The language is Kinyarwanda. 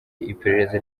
iperereza